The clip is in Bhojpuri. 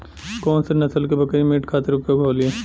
कौन से नसल क बकरी मीट खातिर उपयोग होली?